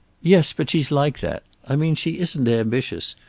yes, but she's like that. i mean, she isn't ambitious.